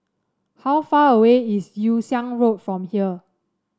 how far away is Yew Siang Road from here